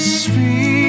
speak